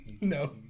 No